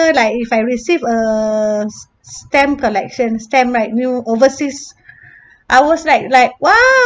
like if I receive a stamp collection stamp right new overseas I was like like !wow!